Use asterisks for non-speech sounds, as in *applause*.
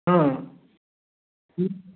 ಹಾಂ *unintelligible*